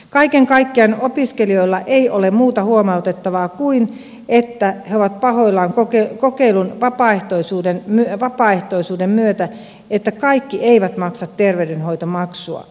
kaiken kaikkiaan opiskelijoilla ei ole muuta huomautettavaa kuin se että he ovat pahoillaan kokeilun vapaaehtoisuuden myötä siitä että kaikki eivät maksa terveydenhoitomaksua